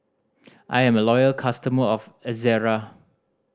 I am a loyal customer of Ezerra